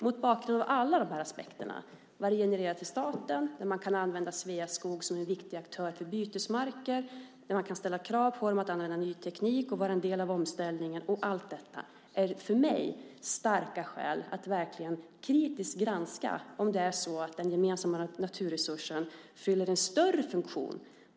Mot bakgrund av alla de här aspekterna, vad det genererar till staten, att man kan använda Sveaskog som en viktig aktör när det gäller bytesmarker, att man kan ställa krav på dem att använda ny teknik och vara en del av omställningen, finns det för mig starka skäl att verkligen kritiskt granska om den gemensamma naturresursen fyller en större funktion.